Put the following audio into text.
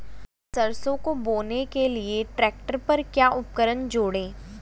सरसों को बोने के लिये ट्रैक्टर पर क्या उपकरण जोड़ें?